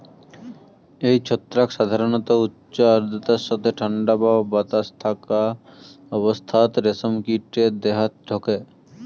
এই ছত্রাক সাধারণত উচ্চ আর্দ্রতার সথে ঠান্ডা বা বাতাস থাকা অবস্থাত রেশম কীটে দেহাত ঢকে